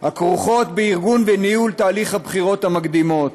הכרוכות בארגון וניהול תהליך הבחירות המקדימות,